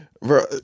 Bro